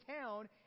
town